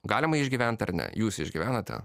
galima išgyventi ar ne jūs išgyvenate